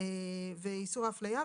איסור ההפליה,